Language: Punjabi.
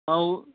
ਹਾਂ ਉਹ